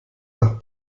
nach